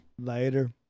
Later